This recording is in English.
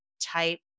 type